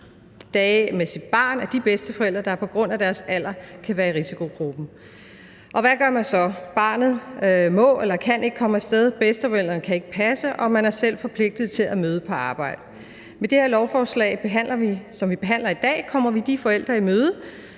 sygedage med sit barn, er de bedsteforældre, der på grund af deres alder kan være i risikogruppen. Hvad gør man så? Barnet må eller kan ikke komme af sted, bedsteforældrene kan ikke passe barnet, og man er selv forpligtet til at møde på arbejde. Med det her lovforslag, som vi behandler i dag, kommer vi de forældre, der